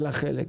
אלא חלק.